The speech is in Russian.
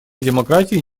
демократии